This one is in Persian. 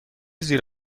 زیر